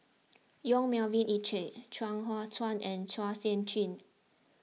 Yong Melvin Yik Chye Chuang Hui Tsuan and Chua Sian Chin